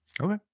Okay